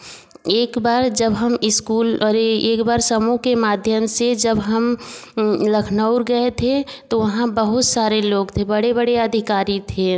एक बार जब हम इस्कूल अरे एक बार समूह के माध्यम से जब हम लखनऊ गए थे तो वहाँ बहुत सारे लोग थे बड़े बड़े अधिकारी थे